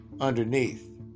underneath